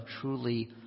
truly